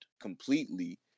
completely